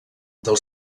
del